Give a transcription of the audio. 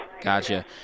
Gotcha